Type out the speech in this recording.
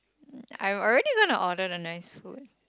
I am already gonna order the nice food